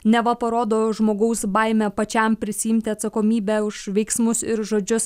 neva parodo žmogaus baimę pačiam prisiimti atsakomybę už veiksmus ir žodžius